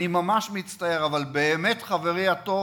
אני ממש מצטער, אבל באמת, חברי הטוב,